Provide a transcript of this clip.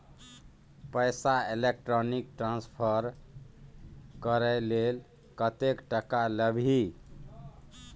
पैसा electronic transfer करय लेल कतेक टका लेबही